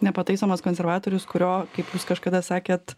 nepataisomas konservatorius kurio kaip jūs kažkada sakėt